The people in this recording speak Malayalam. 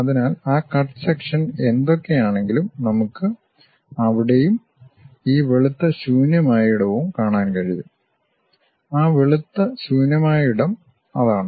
അതിനാൽ ആ കട്ട് സെക്ഷൻ എന്തൊക്കെയാണെങ്കിലും നമുക്ക് അവിടെയും ഈ വെളുത്ത ശൂന്യമായ ഇടവും കാണാൻ കഴിയും ആ വെളുത്ത ശൂന്യമായ ഇടം അതാണ്